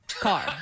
car